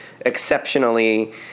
exceptionally